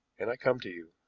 and i come to you.